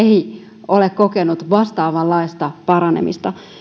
ei ole kokenut vastaavanlaista paranemista